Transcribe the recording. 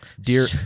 dear